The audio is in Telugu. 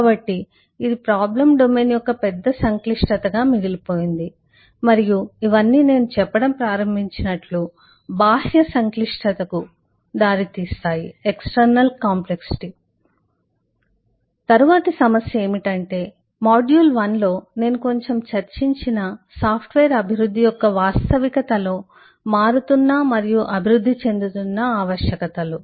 కాబట్టి ఇది ప్రాబ్లండొమైన్ యొక్క పెద్ద సంక్లిష్టతగా మిగిలిపోయింది మరియు ఇవన్నీ నేను చెప్పడం ప్రారంభించినట్లు బాహ్య సంక్లిష్టతకు దారితీస్తాయి తరువాతి సమస్య ఏమిటంటే మాడ్యూల్ 1 లో నేను కొంచెం చర్చించిన సాఫ్ట్వేర్ అభివృద్ధి యొక్క వాస్తవికతలో మారుతున్న మరియు అభివృద్ధి చెందుతున్న ఆవశ్యకతలు